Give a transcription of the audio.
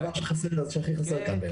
זה הדבר שהכי חסר כאן.